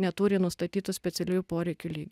neturi nustatytų specialiųjų poreikių lygį